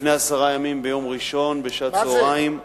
לפני עשרה ימים, ביום ראשון, בשעת צהריים,